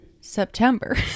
September